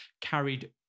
carried